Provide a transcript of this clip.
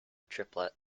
triplet